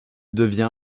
devient